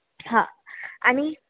हां आणि